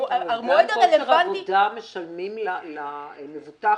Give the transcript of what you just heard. המועד הרלוונטי --- אובדן כושר עבודה משלמים למבוטח